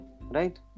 right